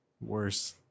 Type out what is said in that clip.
worse